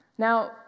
Now